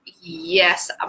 yes